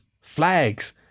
flags